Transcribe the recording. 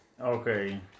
Okay